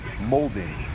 molding